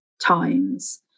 times